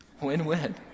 win-win